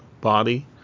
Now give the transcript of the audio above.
body